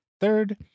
Third